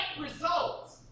results